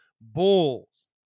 Bulls